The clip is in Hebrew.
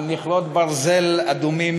/ על מכרות ברזל אדומים,